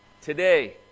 today